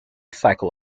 cycle